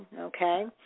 okay